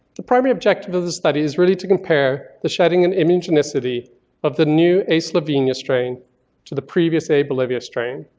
the primary objective of the study is really to compare the shedding and immunogenicity of the new a slovenia strain to the previous a bolivia strain,